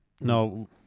No